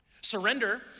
Surrender